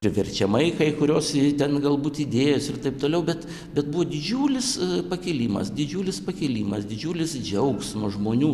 priverčiamai kai kurios i ten galbūt idėjos ir taip toliau bet bet buvo didžiulis pakilimas didžiulis pakilimas didžiulis džiaugsmas žmonių